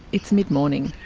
it's mid morning,